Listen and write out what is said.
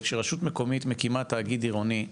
כשרשות מקומית מקימה תאגיד עירוני,